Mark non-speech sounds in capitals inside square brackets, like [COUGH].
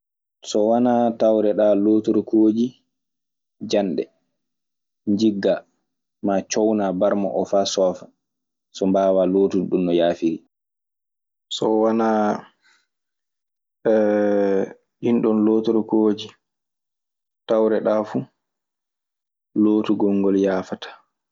So wanaa tawreɗaa lootorokooji janɗe njigga, ma cownaa barmo o faa coofa so mbaawa lootude ɗum no yaafiri. So wanaa [HESITATION] ɗinɗon lootorokooji tawreɗaa fu, lootugol ngol yaafataa.